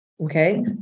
Okay